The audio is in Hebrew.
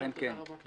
תאמר בבקשה